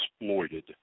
exploited